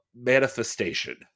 manifestation